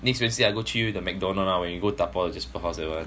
next wednesday I go treat you the McDonald's lah when you go jasper house 打包 that one